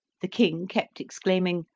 the king kept exclaim ing,